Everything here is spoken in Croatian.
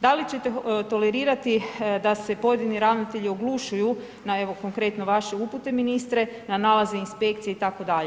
Da li ćete tolerirati da se pojedini ravnatelji oglušuju na evo konkretno vaše upute ministre, na nalaze inspekcije itd.